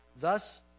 Thus